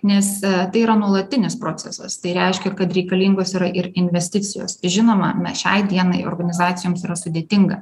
nes tai yra nuolatinis procesas tai reiškia kad reikalingos yra ir investicijos žinoma mes šiai dienai organizacijoms yra sudėtinga